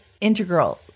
integral